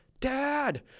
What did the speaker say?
Dad